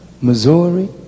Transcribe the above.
Missouri